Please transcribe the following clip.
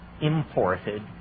imported